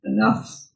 enough